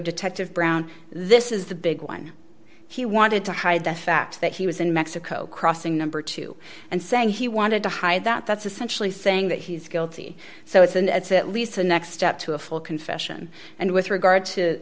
detective brown this is the big one he wanted to hide the fact that he was in mexico crossing number two and saying he wanted to hide that that's essentially saying that he's guilty so it's and it's at least the next step to a full confession and with a guard